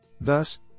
Thus